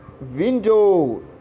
Window